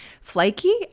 flaky